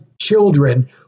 children